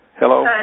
hello